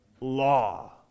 law